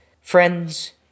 Friends